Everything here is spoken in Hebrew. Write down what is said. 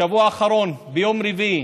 בשבוע האחרון, ביום רביעי